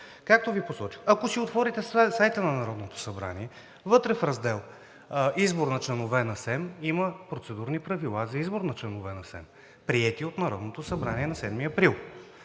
Както Ви посочих, ако си отворите страницата на Народното събрание, вътре в раздел „Избор на членове на СЕМ“, има Процедурни правила за избор на членове на СЕМ, приети от Народното събрание на 7 април